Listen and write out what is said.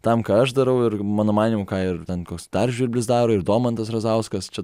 tam ką aš darau ir mano manymu ką ir ten koks dar žvirblis daro ir domantas razauskas čia